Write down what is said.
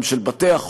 גם של בתי-החולים,